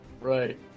Right